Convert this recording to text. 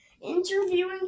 interviewing